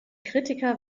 kritiker